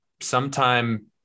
sometime